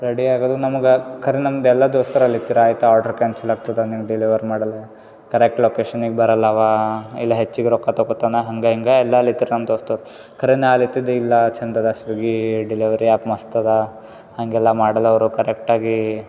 ready ಆಗೋದು ನಮ್ಗೆ ಕರೆ ನಮ್ಮದೆಲ್ಲ ದೋಸ್ತರು ಅಲ್ಲಿದ್ರು ಆಯ್ತು ಆಡ್ರ್ ಕ್ಯಾನ್ಸಲಾಗ್ತದೆ ನೀವು ಡೆಲಿವರ್ ಮಾಡೋಲ್ಲ ಕರ್ರೆಕ್ಟ್ ಲೊಕೇಶನಿಗೆ ಬರೋಲ್ಲವಾ ಇಲ್ಲ ಹೆಚ್ಚಿಗೆ ರೊಕ್ಕ ತಗೋತಾನ ಹಂಗೆ ಹಿಂಗೆ ಎಲ್ಲ ಅಲ್ಲಿತ್ರ ನಮ್ಮ ದೊಸ್ತರ್ ಕರೆ ನಾ ಅಲ್ಲಿತಿದ್ದೇ ಇಲ್ಲ ಚಂದದ ಸುಗೀ ಡೆಲವರಿ ಆ್ಯಪ್ ಮಸ್ತ್ ಅದ ಹಂಗೆಲ್ಲ ಮಾಡೋಲ್ಲ ಅವರು ಕರೆಕ್ಟಾಗಿ